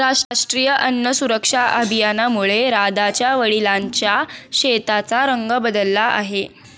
राष्ट्रीय अन्न सुरक्षा अभियानामुळे राधाच्या वडिलांच्या शेताचा रंग बदलला आहे